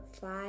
five